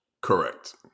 Correct